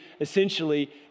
essentially